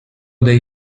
dei